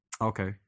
Okay